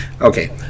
okay